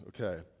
okay